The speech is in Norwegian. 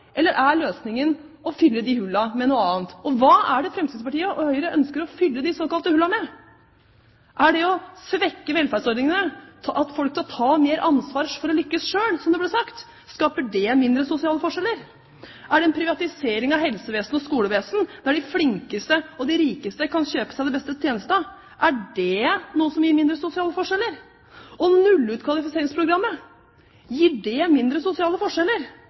eller er løsningen å fylle de hullene med noe annet? Og hva er det Fremskrittspartiet og Høyre ønsker å fylle de såkalte hullene med? Er det å svekke velferdsordningene, at folk skal ta mer ansvar for å lykkes selv, som det ble sagt? Skaper det mindre sosiale forskjeller? Er det en privatisering av helsevesen og skolevesen, der de flinkeste og de rikeste kan kjøpe seg de beste tjenestene? Er det noe som gir mindre sosiale forskjeller? Å nulle ut kvalifiseringsprogrammet, gir det mindre sosiale forskjeller?